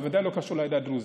בוודאי לא קשור לעדה הדרוזית.